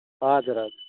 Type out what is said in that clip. हजुर हजुर